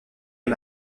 les